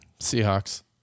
Seahawks